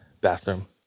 bathroom